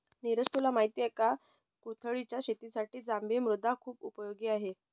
निरज तुला माहिती आहे का? कुळिथच्या शेतीसाठी जांभी मृदा खुप उपयोगी आहे